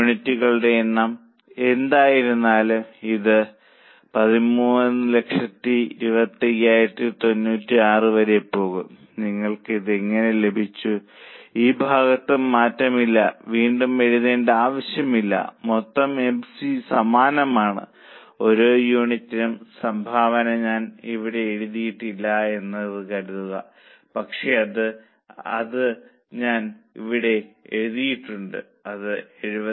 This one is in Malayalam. യൂണിറ്റുകളുടെ എണ്ണം എന്തായിരുന്നാലും ഇത് 132596 വരെ പോകും നിങ്ങൾക്ക് ഇത് എങ്ങനെ ലഭിച്ചു ഈ ഭാഗത്തും മാറ്റമില്ല വീണ്ടും എഴുതേണ്ട ആവശ്യമില്ല മൊത്തം എഫ് സി സമാനമാണ് ഓരോ യൂണിറ്റിനും സംഭാവന ഞാൻ ഇവിടെ എഴുതിയിട്ടില്ല എന്ന് കരുതുന്നു പക്ഷേ അത് ഞാൻ ഇവിടെ എഴുതിയിട്ടുണ്ട് അത് 72